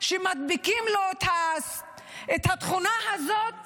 שמדביקים לו את התכונה הזאת